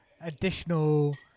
additional